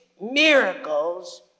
miracles